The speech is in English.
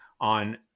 on